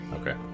Okay